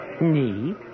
Need